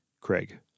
Craig